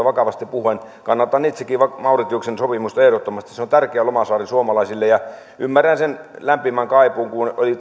vakavasti puhuen kannatan itsekin mauritiuksen sopimusta ehdottomasti se on tärkeä lomasaari suomalaisille ymmärrän sen lämpimän kaipuun kun oli